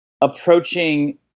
approaching